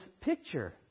picture